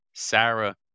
Sarah